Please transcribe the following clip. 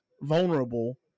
vulnerable